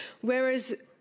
Whereas